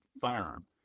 firearm